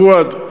פואד,